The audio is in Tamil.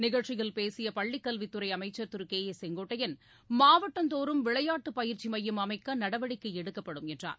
நிகழ்ச்சியில் பேசிய பள்ளிக்கல்வித்துறை அமைச்சர் திரு கே ஏ செங்கோட்டையன் மாவட்டந்தோறும் விளையாட்டு பயிற்சி மையம் அமைக்க நடவடிக்கை எடுக்கப்படும் என்றார்